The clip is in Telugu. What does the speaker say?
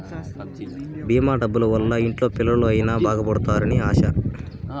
భీమా డబ్బుల వల్ల ఇంట్లో పిల్లలు అయిన బాగుపడుతారు అని ఆశ